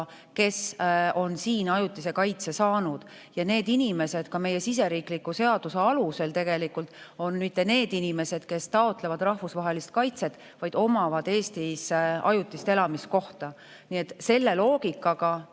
kes on siin ajutise kaitse saanud. Ja need inimesed ka meie siseriikliku seaduse alusel ei ole tegelikult need inimesed, kes taotlevad rahvusvahelist kaitset, vaid omavad Eestis ajutist elamiskohta. Nii et selle loogika